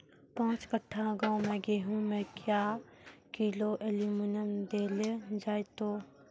पाँच कट्ठा गांव मे गेहूँ मे क्या किलो एल्मुनियम देले जाय तो?